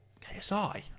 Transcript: ksi